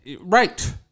Right